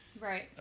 Right